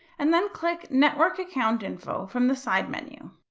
and then click network account info from the side menu.